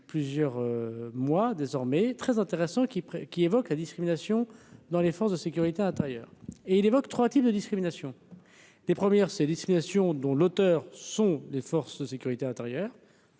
plusieurs mois désormais très intéressant qui qui évoque la discrimination dans les forces de sécurité intérieure et il évoque 3 types de discrimination des premières ces dissimulations dont l'auteur sont les forces de sécurité intérieure.